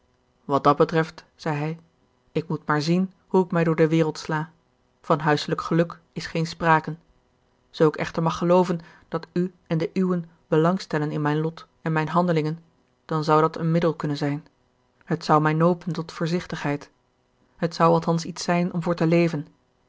wat dat betreft zei hij ik moet maar zien hoe ik mij door de wereld sla van huiselijk geluk is geen sprake zoo ik echter mag gelooven dat u en de uwen belang stellen in mijn lot en mijne handelingen dan zou dat een middel kunnen zijn het zou mij nopen tot voorzichtigheid het zou althans iets zijn om voor te leven